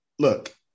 Look